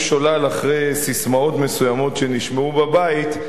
שולל אחרי ססמאות מסוימות שנשמעו בבית,